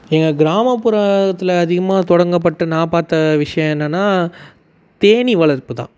எங்கள் கிராமப்புறத்தில் அதிகமாக தொடங்கப்பட்டு நான் பார்த்த விஷயம் என்னென்னா தேனீ வளர்ப்பு தான்